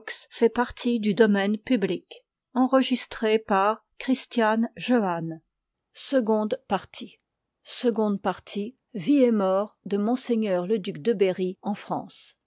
seconde partie seconde partie vie et mort de m le duc de berry en faànge